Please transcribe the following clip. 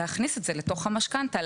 להכניס את זה לתוך המשכנתא,